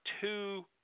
two